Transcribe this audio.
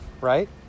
right